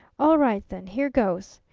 all right then. here goes.